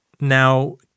Now